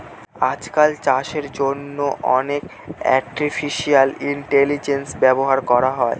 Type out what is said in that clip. আজকাল চাষের জন্য অনেক আর্টিফিশিয়াল ইন্টেলিজেন্স ব্যবহার করা হয়